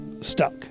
stuck